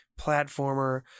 platformer